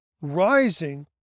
rising